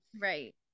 Right